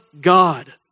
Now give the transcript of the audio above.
God